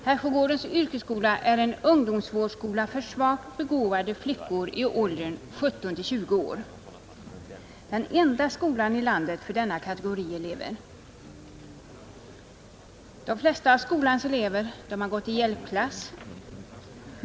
Härsjögårdens yrkesskola är en ungdomsvårdsskola för svagt begåvade flickor i åldern 17—20 år, den enda skolan i landet för denna kategori elever. De flesta av skolans elever har gått i hjälpklass.